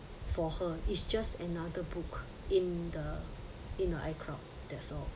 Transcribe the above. for her it's just another book in the in the icloud that's all